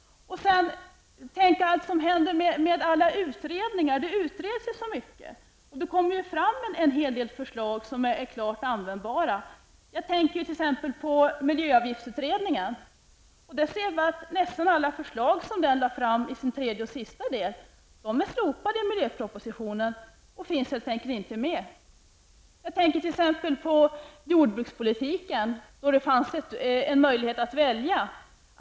Tänk på vad som händer med alla utredningar. Det utreds ju så mycket, och det kommer fram en hel del förslag som är klart användbara. Jag tänker t.ex. på miljöavgiftsutredningen. Där ser vi att nästan alla förslag som den lade fram i sin tredje och sista del är slopade i miljöpropositionen. De finns helt enkelt inte med. Jag tänker också på jordbrukspolitiken där det fanns en möjlighet att välja.